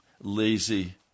lazy